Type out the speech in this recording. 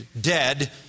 dead